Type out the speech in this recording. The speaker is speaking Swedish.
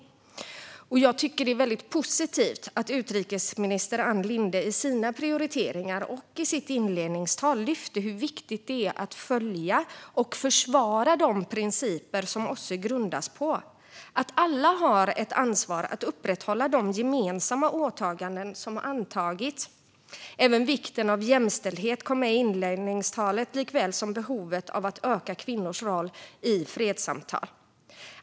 Jag tycker att det är väldigt positivt att utrikesminister Ann Linde i sina prioriteringar och i sitt inledningstal lyfte hur viktigt det är att följa och försvara de principer som OSSE grundas på och att alla har ett ansvar att upprätthålla de gemensamma åtaganden som antagits. Även vikten av jämställdhet kom med i inledningstalet, liksom behovet av att öka kvinnors roll i fredssamtal.